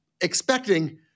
expecting